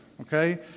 okay